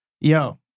Yo